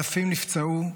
אלפים נפצעו.